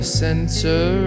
center